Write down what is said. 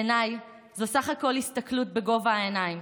בעיניי, זו בסך הכול הסתכלות בגובה העיניים,